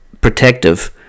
protective